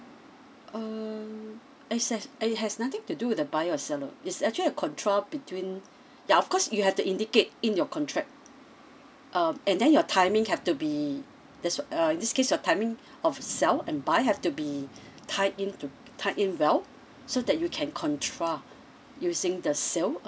um it has it has nothing to do with the buyer or seller it's actually a contra between ya of course you have to indicate in your contract um and then your timing have to be there's uh in this case your timing of sell and buy have to be tied in to tied in well so that you can contra using the sale